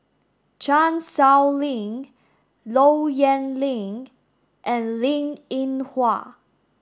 Chan Sow Lin Low Yen Ling and Linn In Hua